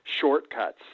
shortcuts